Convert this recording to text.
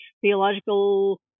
theological